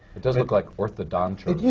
it does look like orthodonture.